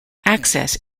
access